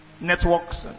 networks